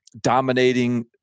dominating